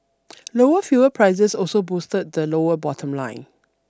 lower fuel prices also boosted the lower bottom line